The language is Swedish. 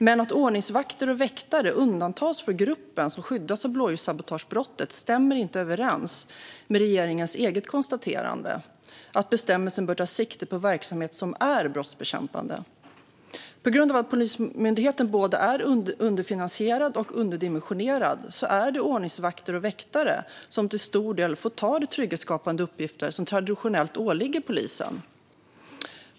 Men att ordningsvakter och väktare undantas från gruppen som skyddas av blåljussabotagebrottet stämmer inte överens med regeringens eget konstaterande: att bestämmelsen bör ta sikte på verksamhet som är brottsbekämpande. På grund av att Polismyndigheten är både underfinansierad och underdimensionerad får ordningsvakter och väktare till stor del ta de trygghetsskapande uppgifter som traditionellt åligger polisen.